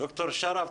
דוקטור שרף,